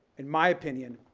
in my opinion,